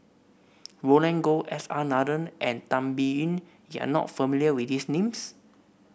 Roland Goh S R Nathan and Tan Biyun you are not familiar with these names